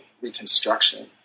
Reconstruction